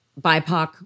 BIPOC